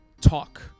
talk